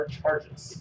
charges